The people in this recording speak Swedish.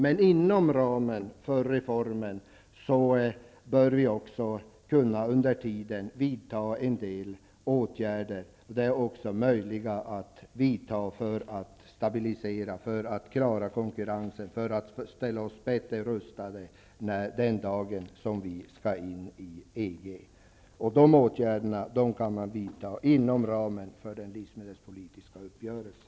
Men inom ramen för reformen bör vi under tiden kunna vidta en del åtgärder för att klara konkurrensen och stå bättre rustade den dagen vi skall in i EG. Dessa åtgärder kan man vidta inom ramen för den livsmedelspolitiska uppgörelsen.